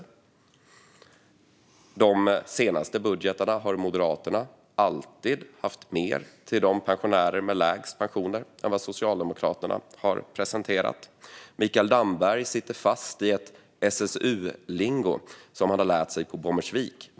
I de senaste budgetarna har Moderaterna alltid haft mer till pensionärerna med lägst pensioner än vad Socialdemokraterna har presenterat. Mikael Damberg sitter fast i ett SSU-lingo som han har lärt sig på Bommersvik.